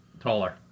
taller